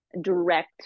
direct